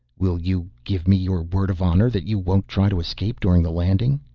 will you give me your word of honor that you won't try to escape during the landing?